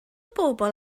bobl